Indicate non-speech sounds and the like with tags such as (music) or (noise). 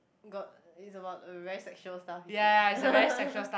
got it's about very sexual stuff is it (laughs)